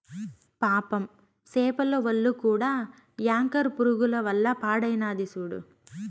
పాపం సేపల ఒల్లు కూడా యాంకర్ పురుగుల వల్ల పాడైనాది సూడు